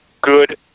good